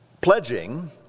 Pledging